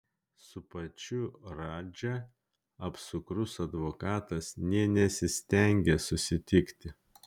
su pačiu radža apsukrus advokatas nė nesistengė susitikti